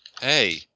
Hey